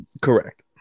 Correct